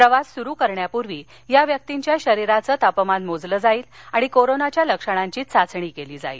प्रवास सुरू करण्यापूर्वी या व्यक्तींच्या शरीराचं तपमान मोजलं जाईल आणि कोरोनाच्या लक्षणांची चाचणी केली जाईल